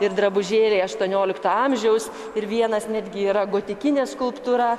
ir drabužėliai aštuoniolikto amžiaus ir vienas netgi yra gotikinė skulptūra